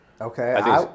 Okay